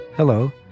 Hello